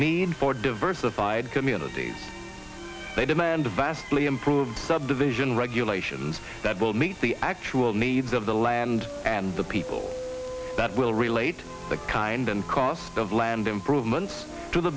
need for diversified communities they demand a vastly improved subdivision regulations that will meet the actual needs of the land and the people that will relate that kind and cost of land improvements to the